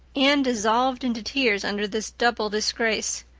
anne dissolved into tears under this double disgrace.